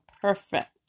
perfect